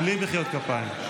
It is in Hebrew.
בלי מחיאות כפיים.